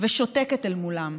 תודה רבה.